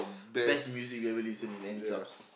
best music we ever listen in any clubs